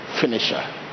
finisher